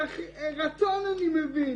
רצון אני מבין.